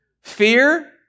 fear